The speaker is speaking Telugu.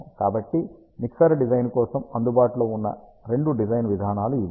కాబట్టి మిక్సర్ డిజైన్ కోసం అందుబాటులో ఉన్న రెండు డిజైన్ విధానాలు ఇవి